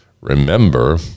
Remember